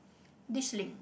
this link